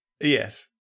Yes